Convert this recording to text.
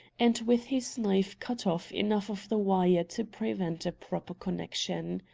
and with his knife cut off enough of the wire to prevent a proper connection.